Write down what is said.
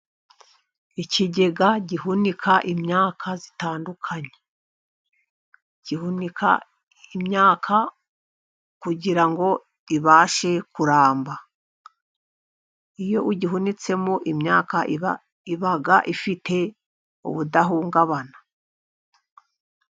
Ikigega gihunika imyaka itandukanye, gihunika imyaka kugira ngo ibashe kuramba. Iyo ugihunitsemo imyaka iba ifite ubudahungabana.